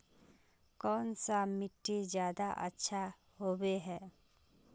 कौन सा मिट्टी ज्यादा अच्छा होबे है?